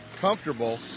comfortable